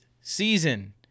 season